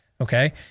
okay